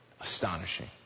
astonishing